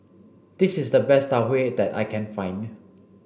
this is the best Tau Huay that I can find